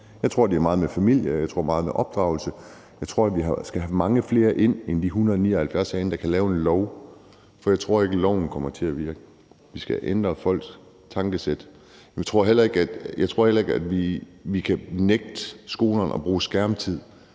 jeg tror, det handler meget om opdragelse. Jeg tror, at vi skal have mange flere ind end de 179 herinde, der kan lave en lov, for jeg tror ikke, at loven kommer til at virke. Vi skal ændre folks tankesæt. Jeg tror heller ikke, at vi kan nægte skolerne at bruge skærmtid.